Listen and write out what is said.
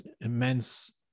immense